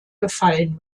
gefallen